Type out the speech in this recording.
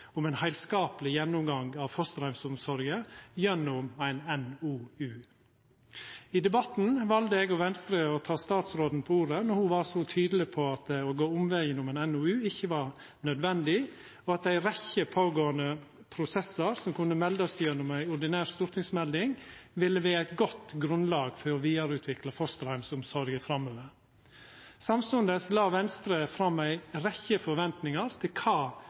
om ein heilskapleg gjennomgang av fosterheimsomsorga gjennom ein NOU. I debatten valde eg og Venstre å ta statsråden på ordet då ho var så tydeleg på at å gå omvegen om ein NOU ikkje var nødvendig, og at ei rekkje pågåande prosessar som kunne meldast gjennom ei ordinær stortingsmelding, ville vera eit godt grunnlag for å vidareutvikla fosterheimsomsorga framover. Samstundes la Venstre fram ei rekkje forventingar til kva